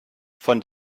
von